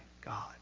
God